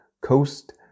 COAST